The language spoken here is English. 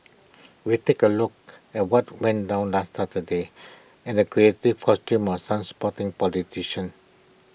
we take A look at what went down last Saturday and the creative costumes of some sporting politicians